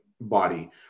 body